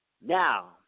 Now